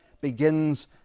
begins